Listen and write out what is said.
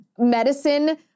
medicine